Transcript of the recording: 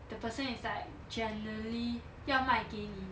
the person is like genuinely 要卖给你